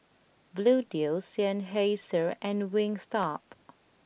Bluedio Seinheiser and Wingstop